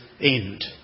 end